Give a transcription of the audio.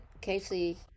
Casey